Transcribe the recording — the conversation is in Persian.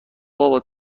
بابا